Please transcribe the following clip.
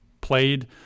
played